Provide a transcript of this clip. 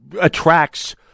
attracts